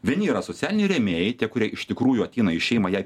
vieni yra socialiniai rėmėjai tie kurie iš tikrųjų ateina į šeimą jai